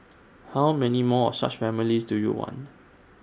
how many more of such families do you want